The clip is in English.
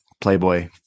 Playboy